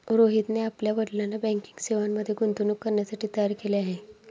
रोहितने आपल्या वडिलांना बँकिंग सेवांमध्ये गुंतवणूक करण्यासाठी तयार केले आहे